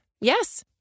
Yes